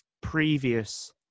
previous